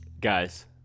Guys